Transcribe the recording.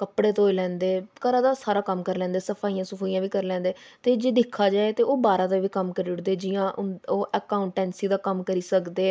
कपड़े धोई लैंदे घरा दा सारा कम्म करी लैंदे सफाइयां सफुइयां बी करी लैंदे ते जे दिक्खेआ जाए ते ओह् बाह्रा दा बी कम्म करी ओड़दे जि'यां ओह् अकाउटैंसी दा कम्म करी सकदे